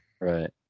Right